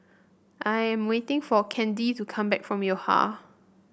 I am waiting for Candy to come back from Yo Ha